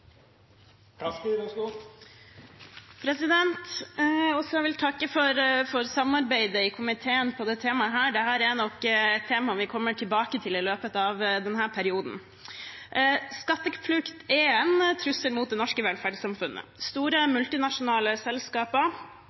Jeg vil også takke for samarbeidet i komiteen med dette temaet. Dette er nok et tema vi kommer tilbake til i løpet av denne perioden. Skatteflukt er en trussel mot det norske velferdssamfunnet. Store multinasjonale selskaper